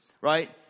right